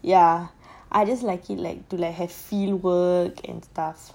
ya I just like it like to let have free work and stuff